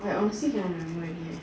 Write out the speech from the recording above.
I honestly can't remember already